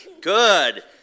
Good